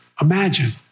Imagine